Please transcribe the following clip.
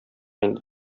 инде